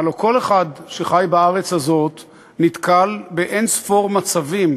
הלוא כל אחד שחי בארץ הזאת נתקל באין-ספור מצבים